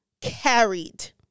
carried